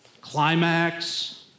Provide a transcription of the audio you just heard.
climax